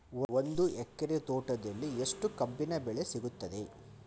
ಒಂದು ಎಕರೆ ತೋಟದಲ್ಲಿ ಎಷ್ಟು ಕಬ್ಬಿನ ಬೆಳೆ ಸಿಗುತ್ತದೆ?